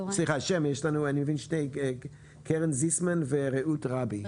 אני מנהלת אגף אסבסט ורישום כימיקלים,